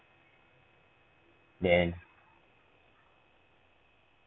then